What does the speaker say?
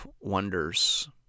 wonders